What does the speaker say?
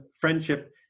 friendship